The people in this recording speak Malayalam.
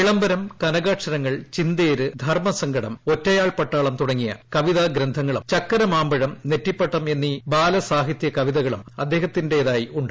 വിളംബരം കനകാക്ഷരങ്ങൾ ചിന്തേര് ധർമ്മസങ്കടം ഒറ്റയാൾ പട്ടാളം തുടങ്ങിയ കവിതാ ഗ്രന്ഥങ്ങളും ചക്കര മാമ്പഴ്രൂ നെറ്റിപ്പട്ടം എന്നീ ബാലസാഹിത്യ കവിതകളും അദ്ദേഹത്തിന്റേതായിട്ടുണ്ട്